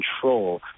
control